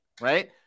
right